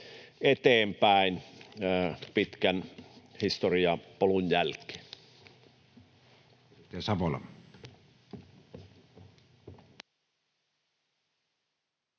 eteenpäin pitkän historiapolun jälkeen.